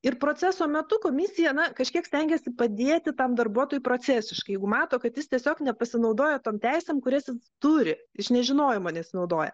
ir proceso metu komisija na kažkiek stengiasi padėti tam darbuotojui procesiškai jeigu mato kad jis tiesiog nepasinaudoja tom teisėm kurias jis turi iš nežinojimo nesinaudoja